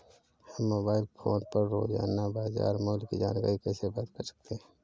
हम mobile phone पर रोजाना बाजार मूल्य की जानकारी कैसे प्राप्त कर सकते हैं?